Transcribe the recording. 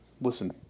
Listen